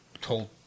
told